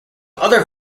other